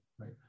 right